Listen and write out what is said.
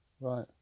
right